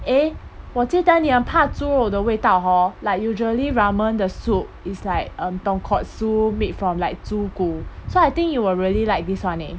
eh 我记得你很怕猪肉的味道 hor like usually ramen the soup is like a tonkatsu made from like 猪骨 so I think you will really like this one eh